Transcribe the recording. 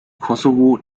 kosovo